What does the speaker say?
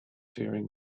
faring